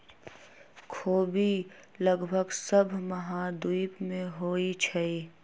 ख़ोबि लगभग सभ महाद्वीप में होइ छइ